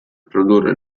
produrre